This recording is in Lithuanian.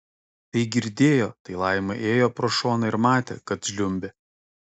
tai girdėjo tai laima ėjo pro šoną ir matė kad žliumbė